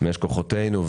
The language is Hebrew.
מאש כוחותינו.